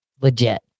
Legit